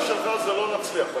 בשיטה שלך לא נצליח.